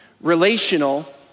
relational